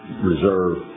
reserve